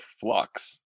flux